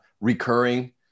recurring